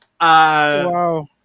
wow